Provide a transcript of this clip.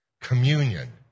communion